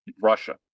Russia